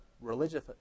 religious